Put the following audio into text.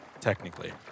Technically